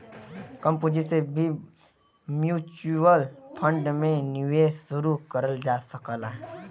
कम पूंजी से भी म्यूच्यूअल फण्ड में निवेश शुरू करल जा सकला